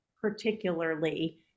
particularly